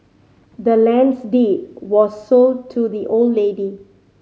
the land's deed was sold to the old lady